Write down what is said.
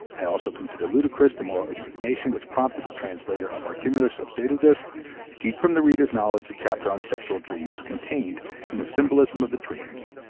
i also consider ludicrous the moral indignation which prompted the translator of artemidoros of daldis to keep from the reader's knowledge the chapter on sexual dreams contained in the symbolism of the dreams.